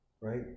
right